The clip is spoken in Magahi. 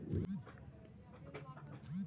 सलाद के पत्ता के नाम से केकरा जानल जा हइ?